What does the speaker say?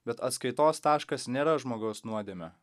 bet atskaitos taškas nėra žmogaus nuodėmė